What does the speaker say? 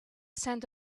scent